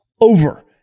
over